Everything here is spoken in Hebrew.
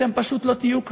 אתם פשוט לא תהיו כאן,